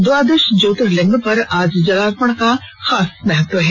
द्वादश ज्योतिर्लिंग पर आज जलार्पण का खास महत्व है